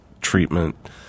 treatment